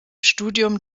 studium